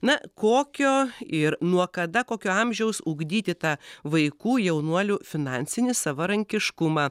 na kokio ir nuo kada kokio amžiaus ugdyti tą vaikų jaunuolių finansinį savarankiškumą